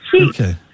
Okay